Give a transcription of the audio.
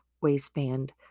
waistband